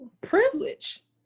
Privilege